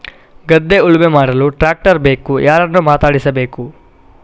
ಗದ್ಧೆ ಉಳುಮೆ ಮಾಡಲು ಟ್ರ್ಯಾಕ್ಟರ್ ಬೇಕು ಯಾರನ್ನು ಮಾತಾಡಿಸಬೇಕು?